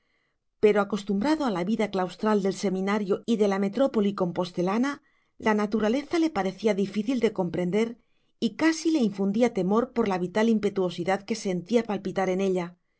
pero acostumbrado a la vida claustral del seminario y de la metrópoli compostelana la naturaleza le parecía difícil de comprender y casi le infundía temor por la vital impetuosidad que sentía palpitar en ella